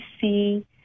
see